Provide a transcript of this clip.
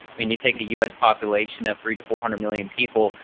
when you take a u s. population of three to four hundred million people,